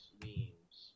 memes